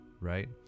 Right